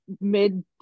mid